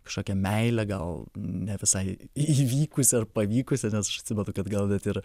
kažkokią meilę gal ne visai įvykusią ar pavykusią nes aš atsimenu kad gal net ir